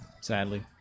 Sadly